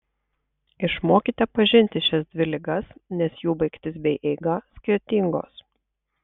išmokite pažinti šias dvi ligas nes jų baigtis bei eiga skirtingos